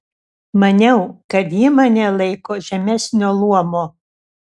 maniau kad ji mane laiko žemesnio luomo